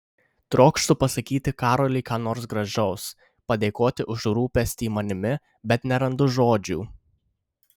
trokštu pasakyti karoliui ką nors gražaus padėkoti už rūpestį manimi bet nerandu žodžių